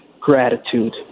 gratitude